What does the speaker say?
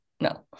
no